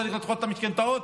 צריך לדחות את המשכנתאות.